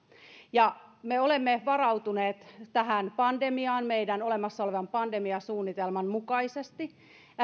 me olemme varautuneet tähän pandemiaan meidän olemassa olevan pandemiasuunnitelman mukaisesti